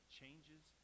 changes